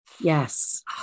Yes